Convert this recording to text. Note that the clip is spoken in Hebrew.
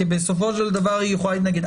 כי בסופו של דבר היא יכולה להתנגד,